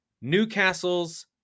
Newcastle's